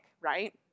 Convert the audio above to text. right